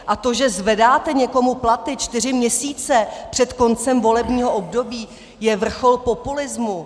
A to, že zvedáte někomu platy čtyři měsíce před koncem volebního období, je vrchol populismu.